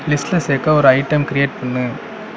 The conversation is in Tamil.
லிஸ்ட்டில் சேர்க்க ஒரு ஐட்டம் க்ரியேட் பண்ணு